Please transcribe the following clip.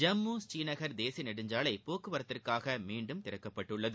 ஜம்மு ஸ்ரீநகர் தேசிய நெடுஞ்சாலை போக்குவரத்துக்காக மீண்டும் திறக்கப்பட்டுள்ளது